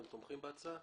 אתם תומכים בהצעה?